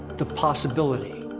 the possibility.